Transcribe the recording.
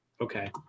okay